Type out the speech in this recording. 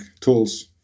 tools